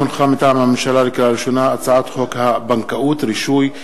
מטעם הממשלה: הצעת חוק הבנקאות (רישוי)